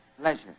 pleasure